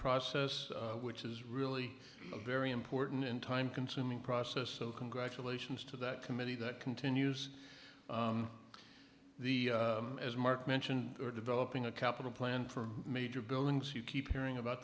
process which is really a very important in time consuming process so congratulations to that committee that continues the as mark mentioned developing a capital plan for major billings you keep hearing about